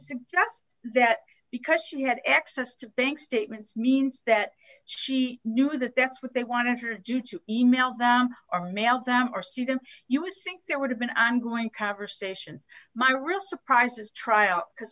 just that because she had access to bank statements means that she knew that that's what they wanted her do to email them or mail them or see them you would think there would have been ongoing conversations my real surprises trial because